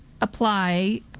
apply